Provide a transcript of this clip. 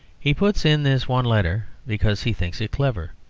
he puts in this one letter because he thinks it clever.